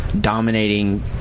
dominating